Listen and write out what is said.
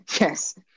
Yes